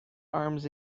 arms